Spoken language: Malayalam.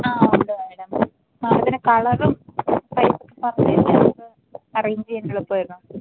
ആ ഉണ്ട് മാഡം ആ അങ്ങനെ കളറും സൈസും പറഞ്ഞ് കഴിഞ്ഞാൽ നമുക്ക് അറേഞ്ച് ചയ്യാ എളുപ്പമായിരുന്നു